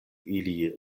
ili